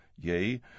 yea